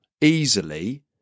easily